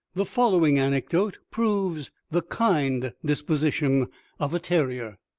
the following anecdote proves the kind disposition of a terrier.